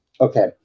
Okay